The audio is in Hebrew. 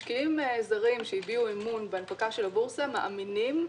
משקיעים זרים שהביעו אמון בהנפקה של הבורסה מאמינים,